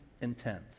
intent